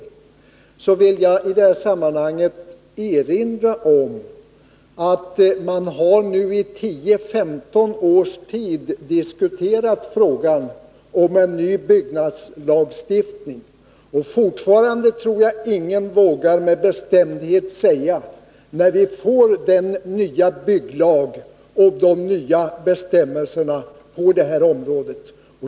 Jag vill i det sammanhanget erinra om att man nu i 10-15 års tid diskuterat frågan om en ny byggnadslagstiftning, och fortfarande tror jag ingen med bestämdhet vågar säga när vi får de nya bestämmelserna på det här området.